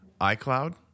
iCloud